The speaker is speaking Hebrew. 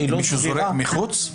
אם מישהו זורק פסולת בחוץ,